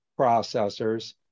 processors